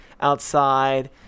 outside